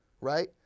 right